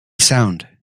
sound